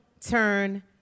turn